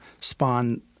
spawn